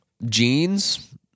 jeans